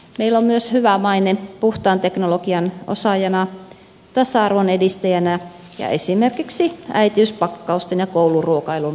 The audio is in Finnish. meillä on myös hyvä maine puhtaan teknologian osaajana tasa arvon edistäjänä ja esimerkiksi äitiyspakkausten ja kouluruokailun mallimaana